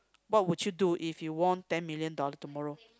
what would you do if you won ten million dollars tomorrow